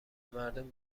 مردم